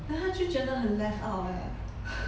then 他就觉得很 left out eh